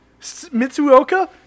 Mitsuoka